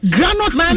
Grandma